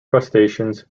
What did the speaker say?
crustaceans